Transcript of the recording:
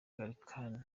gallican